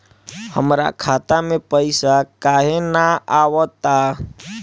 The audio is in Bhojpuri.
हमरा खाता में पइसा काहे ना आव ता?